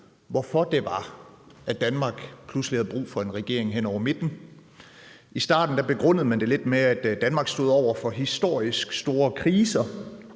hvorfor det var sådan, at Danmark pludselig havde brug for en regering hen over midten. I starten begrundede man det lidt med, at Danmark stod over for historisk store kriser.